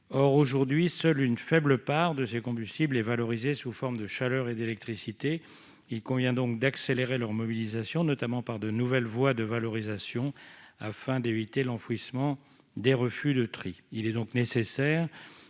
Or seule une faible part des CSR est aujourd'hui valorisée sous forme de chaleur et d'électricité. Il convient donc d'accélérer leur mobilisation, notamment par de nouvelles voies de valorisation, afin d'éviter l'enfouissement des refus de tri.